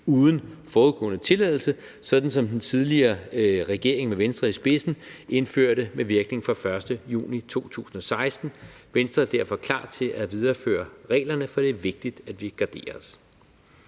uden forudgående tilladelse, sådan som den tidligere regering med Venstre i spidsen indførte det med virkning fra den 1. juni 2016. Venstre er derfor klar til at videreføre reglerne, for det er vigtigt, at vi garderer